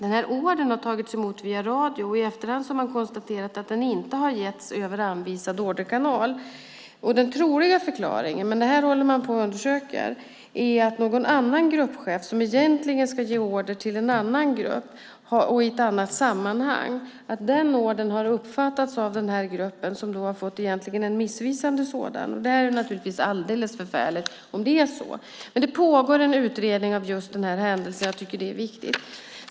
Den här ordern har tagits emot via radio, och i efterhand har man konstaterat att den inte har getts över anvisad orderkanal. Den troliga förklaringen - det här håller man på och undersöker - är att någon annan gruppchef, som egentligen ska ge order till en annan grupp och i ett annat sammanhang, har gett en order som har uppfattats av den här gruppen, som då egentligen har fått en missvisande sådan. Det är naturligtvis alldeles förfärligt om det är så. Men det pågår en utredning av just den här händelsen. Jag tycker det är viktigt.